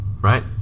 Right